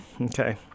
Okay